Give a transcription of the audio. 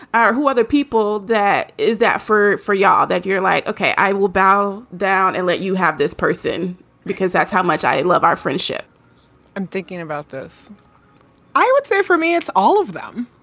are you other people? that is that for. for your. that you're like. ok, i will bow down and let you have this person because that's how much i love our friendship i'm thinking about this i would say for me, it's all of them.